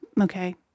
Okay